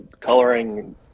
coloring